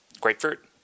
grapefruit